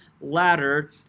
ladder